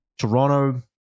Toronto